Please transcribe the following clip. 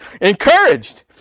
encouraged